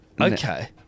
Okay